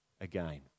again